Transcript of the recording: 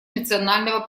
национального